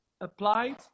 applied